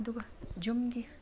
ꯑꯗꯨꯒ ꯖꯨꯝꯒꯤ